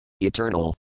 eternal